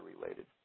related